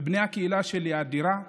בני הקהילה האדירה שלי,